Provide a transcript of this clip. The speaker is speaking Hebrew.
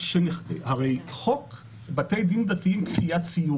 הרי חוק בתי דין דתיים (כפיית ציות),